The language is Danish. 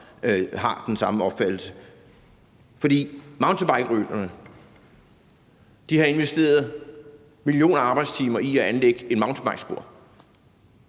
har den samme opfattelse. Mountainbikerytterne har investeret millioner arbejdstimer i at anlægge et mountainbikespor;